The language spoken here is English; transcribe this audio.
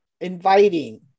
inviting